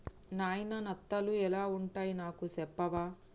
నాయిన నత్తలు ఎలా వుంటాయి నాకు సెప్పవా